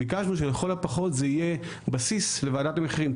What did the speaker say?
ביקשנו שלכל הפחות זה יהיה בסיס לוועדת המחירים,